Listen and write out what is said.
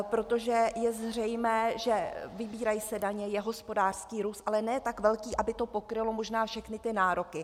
Protože je zřejmé, že vybírají se daně, je hospodářský růst, ale ne tak velký, aby to pokrylo možná všechny ty nároky.